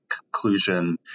conclusion